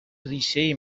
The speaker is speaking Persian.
ریشهای